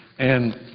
and,